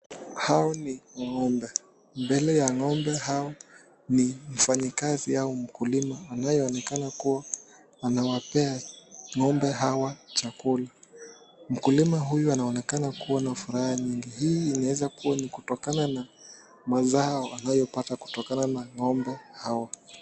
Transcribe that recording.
Hao ni ng'ombe, mbele ya ng'ombe hawa ni mfanyikazi au mkulima anayeonekana kuwa anawapea ngombe Hawa chakula, mkulima huyu anaonekana kuwa na furaha nyingi, hii inaweza kuwa kutokana na mazao anayopata kutokana na ngombe Hawa.